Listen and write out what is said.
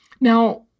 Now